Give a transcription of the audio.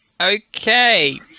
Okay